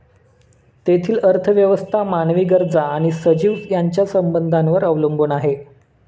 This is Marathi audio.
तेथील अर्थव्यवस्था मानवी गरजा आणि सजीव यांच्या संबंधांवर अवलंबून आहे